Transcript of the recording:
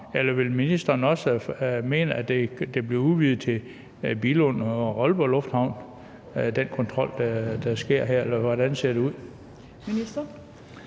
eller vil ministeren også mene, at det bliver udvidet til Billund og Aalborg Lufthavne med hensyn til den kontrol, der skal ske, eller hvordan ser det ud?